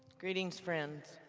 greetings, friends.